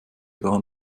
waren